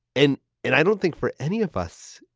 and and i don't think for any of us,